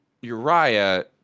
Uriah